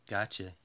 Gotcha